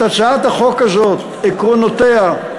את הצעת החוק הזאת, עקרונותיה,